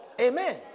Amen